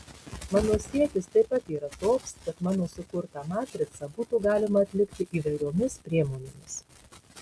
mano siekis taip pat yra toks kad mano sukurtą matricą būtų galima atlikti įvairiomis priemonėmis